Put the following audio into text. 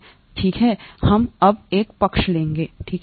आइए ठीक है हम अब एक पक्ष लेंगे ठीक है